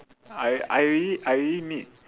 I I already I already need